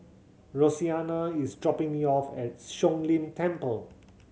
Roseanna is dropping me off at Siong Lim Temple